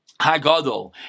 Hagadol